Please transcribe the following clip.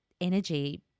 energy